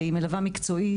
היא מלווה מקצועית.